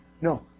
No